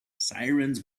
sirens